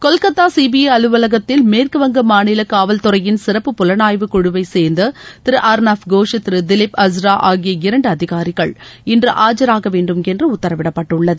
Kolkata CBI அலுவலகத்தில் மேற்குவங்க மாநில காவல்தறையின் சிறப்பு புலனாய்வுக் குழுவை சேர்ந்த திரு அர்னாப் கோஷ் திரு திலிப் ஹஸ்ரா ஆகிய இரண்டு அதிகாரிகள் இன்று ஆஜாகவேண்டும் என்று உத்தரவிடப்பட்டுள்ளது